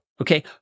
okay